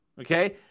Okay